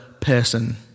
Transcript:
person